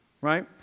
right